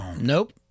Nope